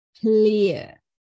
clear